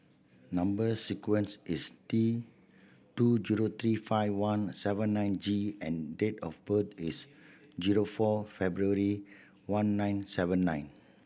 number sequence is T two zero three five one seven nine G and date of birth is zero four February one nine seven nine